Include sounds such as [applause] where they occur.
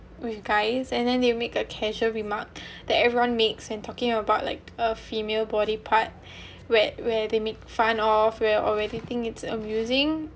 with guys and then they will make a casual remark [breath] that everyone makes and talking about like a female body part [breath] where where they make fun of were already think it's amusing